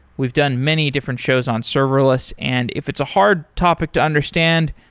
we've done many different shows on serverless, and if it's a hard topic to understand,